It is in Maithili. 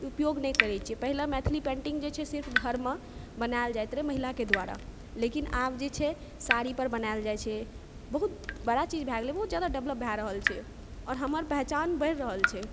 उपयोग नहि करै छी पहिने मैथिली पेन्टिङ्ग जे छै से सिर्फ घरमे बनायल जाइत रहै महिलाके द्वारा लेकिन आब जे छै साड़ीपर बनायल जाइ छै बहुत बड़ा चीज भए गेलै बहुत जादा डेवलप भए रहल छै आओर हमर पहिचान बढ़ि रहल छै